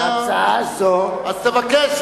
אז תבקש,